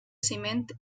ciment